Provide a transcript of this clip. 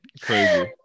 Crazy